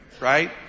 right